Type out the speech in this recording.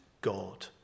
God